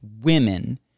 women